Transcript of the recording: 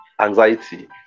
anxiety